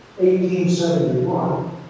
1871